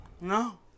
No